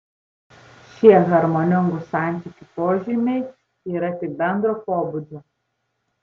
šie harmoningų santykių požymiai yra tik bendro pobūdžio